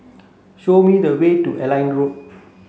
show me the way to Airline Road